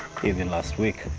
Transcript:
even last week!